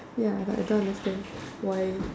ya like I I don't understand why